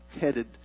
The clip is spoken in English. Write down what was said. headed